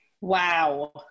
wow